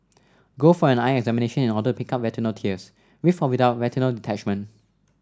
go for an eye examination in order to pick up retinal tears with or without retinal detachment